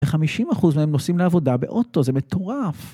וחמישים אחוז מהם נוסעים לעבודה באוטו, זה מטורף.